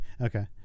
Okay